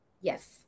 Yes